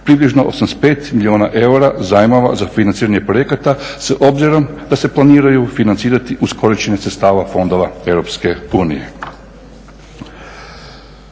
približno 85 milijuna eura zajmova za financiranje projekata s obzirom da se planiraju financirati uz korištenje sredstava fondova Europske unije.